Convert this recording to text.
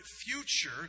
future